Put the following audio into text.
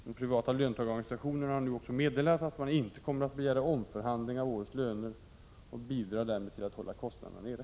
De privata löntagarorganisationerna har nu också meddelat att man inte kommer att begära omförhandling av årets löner och bidrar därmed till att hålla kostnaderna nere.